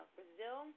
Brazil